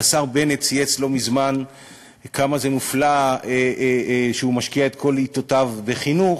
השר בנט צייץ לא מזמן כמה זה מופלא שהוא משקיע את כל עתותיו בחינוך,